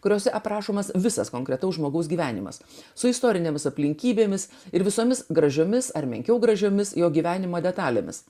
kuriose aprašomas visas konkretaus žmogaus gyvenimas su istorinėmis aplinkybėmis ir visomis gražiomis ar menkiau gražiomis jo gyvenimo detalėmis